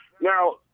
Now